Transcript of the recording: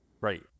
Right